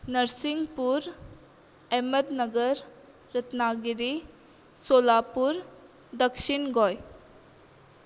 नर्सींगपूर अहमदनगर रत्नागिरी सोलापूर दक्षीण गोंय